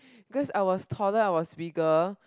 cause I was taller I was bigger